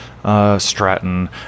Stratton